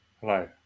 Hello